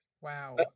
Wow